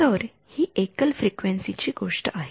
तर हि एकल फ्रिक्वेन्सी ची गोष्ट आहे